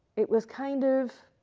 it was kind of,